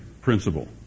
principle